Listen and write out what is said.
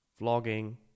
vlogging